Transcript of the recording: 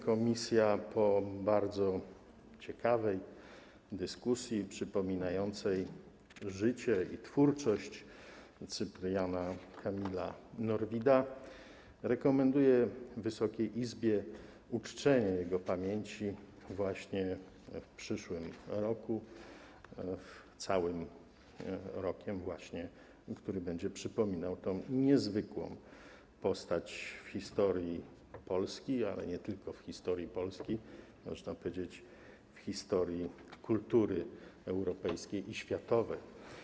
Komisja po bardzo ciekawej dyskusji przypominającej życie i twórczość Cypriana Kamila Norwida rekomenduje Wysokiej Izbie uczczenie jego pamięci w przyszłym roku, właśnie całym rokiem, który będzie przypominał tę niezwykłą postać w historii Polski, ale nie tylko w historii Polski, można powiedzieć, w historii kultury europejskiej i światowej.